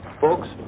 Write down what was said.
Folks